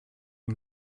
and